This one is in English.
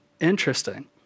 Interesting